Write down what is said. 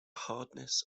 hardness